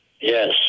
Yes